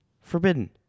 forbidden